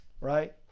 right